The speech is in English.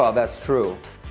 ah that's true.